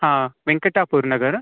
ಹಾಂ ವೆಂಕಟಾಪುರ ನಗರ